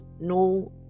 no